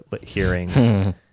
hearing